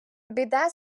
біда